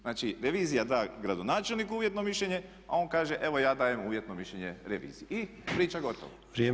Znači revizija da gradonačelniku uvjetno mišljenje a on kaže evo ja dajem uvjetno mišljenje reviziji i priča gotova.